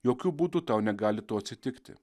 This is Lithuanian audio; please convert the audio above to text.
jokiu būdu tau negali to atsitikti